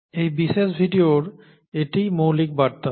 এই বিশেষ ভিডিওর এটিই মৌলিক বার্তা